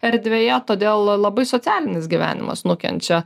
erdvėje todėl labai socialinis gyvenimas nukenčia